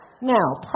Now